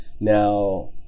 Now